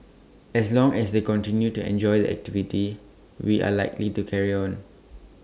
as long as they continue to enjoy the activity we are likely to carry on